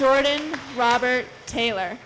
jordan robert taylor